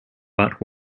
but